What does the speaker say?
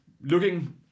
looking